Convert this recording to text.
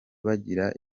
bagira